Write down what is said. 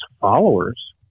followers